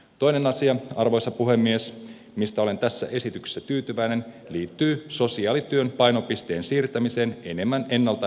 toinen asia arvoisa puhemies mihin olen tässä esityksessä tyytyväinen liittyy sosiaalityön painopisteen siirtämiseen enemmän ennalta ehkäiseviin toimenpiteisiin